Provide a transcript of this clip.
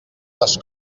les